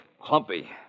Clumpy